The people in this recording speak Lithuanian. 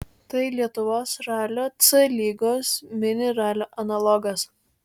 tai lietuvos ralio c lygos mini ralio analogas